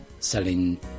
selling